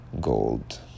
gold